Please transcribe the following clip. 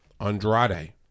Andrade